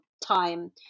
time